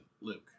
Luke